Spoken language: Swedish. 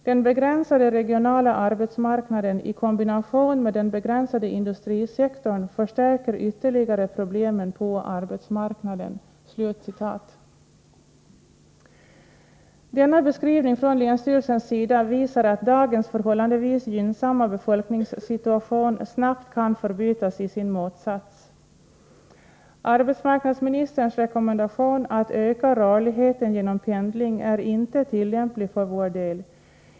Den begränsade regionala arbetsmarknaden i kombination med den begränsade industrisektorn förstärker ytterligare problemen på arbetsmarknaden.” Denna beskrivning från länsstyrelsens sida visar att dagens förhållandevis gynnsamma befolkningssituation snabbt kan förbytas i sin motsats. Arbetsmarknadsministerns rekommendation om att öka rörligheten genom pendling är inte tillämplig för vår del.